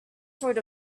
sort